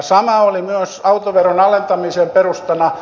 sama oli autoveron alentamisen perustana